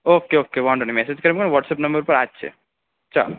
okay okay વાંધો નહીં message કરી દો વ્હોટ્સએપ નંબર આ જ છે ચાલો